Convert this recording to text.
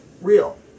real